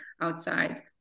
outside